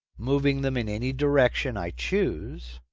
moving them in any direction i choose.